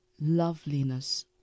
loveliness